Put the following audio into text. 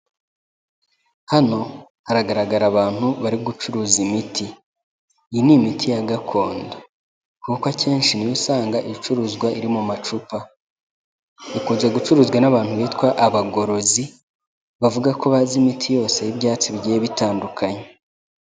Hano haragaragara abantu bari gucuruza imiti, iyi ni imiti ya gakondo, kuko akenshi ni yo usanga icuruzwa iri mu macupa, ikunze gucuruzwa n'abantu bitwa abagorozi, bavuga ko bazi imiti yose y'ibyatsi bigiye bitandukanye.